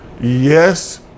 Yes